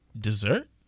Dessert